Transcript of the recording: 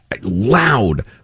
loud